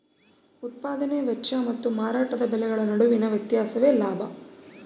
ಉತ್ಪದಾನೆ ವೆಚ್ಚ ಮತ್ತು ಮಾರಾಟದ ಬೆಲೆಗಳ ನಡುವಿನ ವ್ಯತ್ಯಾಸವೇ ಲಾಭ